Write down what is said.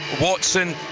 Watson